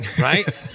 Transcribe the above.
right